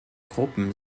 gruppen